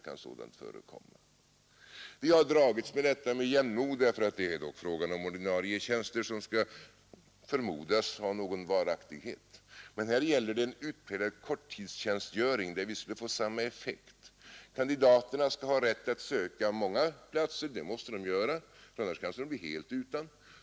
Vi har med jämnmod dragits med det, därför att det dock varit frågan om ordinarie tjänster som skall förmodas ha någon varaktighet. Men här gäller det utpräglad korttidstjänstgöring där vi skulle få samma effekt. Kandidaterna skall ha rätt att söka tjänst på många platser. Det måste de göra, för annars kanske de blir helt utan.